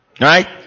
Right